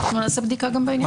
אנחנו נעשה בדיקה גם בעניין הזה.